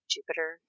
Jupiter